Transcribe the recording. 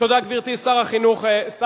חבר הכנסת אילן גילאון.